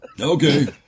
Okay